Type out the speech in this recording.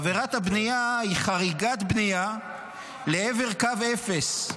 עבירת הבנייה היא חריגת בנייה לעבר קו אפס.